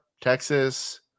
texas